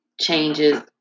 changes